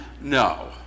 No